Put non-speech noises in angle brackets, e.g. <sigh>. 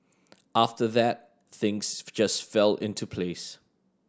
after that things <noise> just fell into place